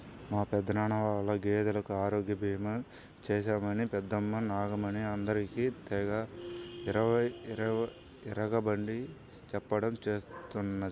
మా పెదనాన్న వాళ్ళ గేదెలకు ఆరోగ్య భీమా చేశామని పెద్దమ్మ నాగమణి అందరికీ తెగ ఇరగబడి చెప్పడం చేస్తున్నది